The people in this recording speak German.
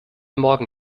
morgen